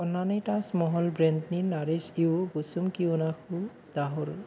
अननानै ताजमहल ब्रेन्डनि नारिश इउ गोसोम किवन'आखौ दाहर